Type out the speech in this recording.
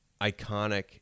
iconic